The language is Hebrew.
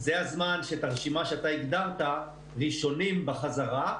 זה הזמן שהרשימה שאתה הגדרת, ראשונים בחזרה.